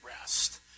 rest